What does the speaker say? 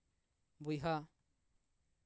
ᱵᱚᱭᱦᱟ